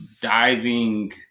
diving